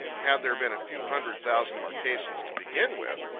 had there been a few hundred thousand marquesans to begin with,